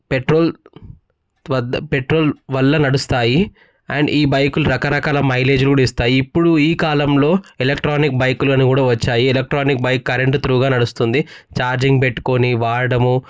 petrol వద్ద petrol వల్ల నడుస్తాయి అండ్ ఈ బైకులు రకరకాల మైలేజ్ కూడా ఇస్తాయి ఇప్పుడు ఈ కాలంలో ఎలక్ట్రానిక్ బైకులను కూడా వచ్చాయి ఎలక్ట్రానిక్ బైక్ కరెంటు త్రుగా నడుస్తుంది ఛార్జింగ్ పెట్టుకుని వాడడము